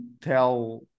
tell